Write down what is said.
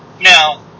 Now